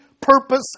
purpose